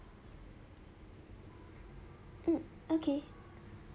um okay